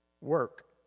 work